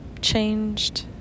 changed